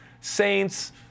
Saints